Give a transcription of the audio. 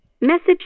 message